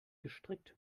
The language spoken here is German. gestrickt